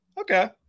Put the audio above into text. Okay